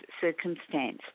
circumstance